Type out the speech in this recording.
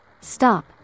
Stop